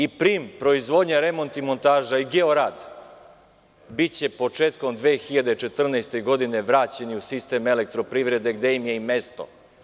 I PRIM, proizvodnja i remont i montaža i „Georad“, biće početkom 2014. godine vraćeni u sistem elektroprivrede, gde im je i mesto.